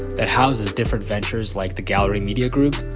that houses different ventures like the gallery media group,